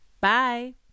Bye